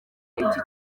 iki